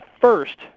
first